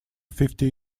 fifty